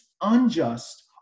unjust